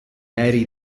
aerei